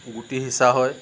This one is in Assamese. গুটি সিঁচা হয়